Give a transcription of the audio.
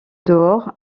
dehors